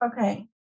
Okay